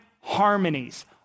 harmonies